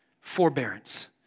forbearance